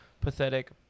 pathetic